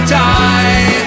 die